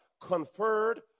conferred